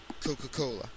Coca-Cola